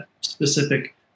specific